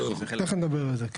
תיכף נדבר על זה.